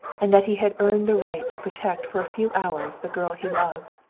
and that he had earned the right to protect for a few hours the girl he loved.